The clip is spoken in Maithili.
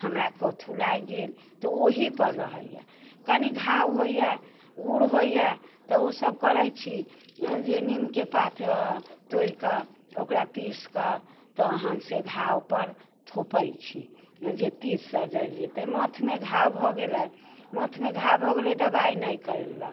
हमरा कथु लागि गेल तऽ ओहीपर रहैय कनी घाव होइए गुर होइए तऽ ओ सब करै छी जे नीमके पात तोड़िकऽ ओकरा पीसकऽ तहन से घावपर थोपै छी जे तीत से जरि जेतै माथमे घाव भऽ गेलै माथमे घा भऽ गेलै दबाइ नहि करेलक